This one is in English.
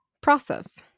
process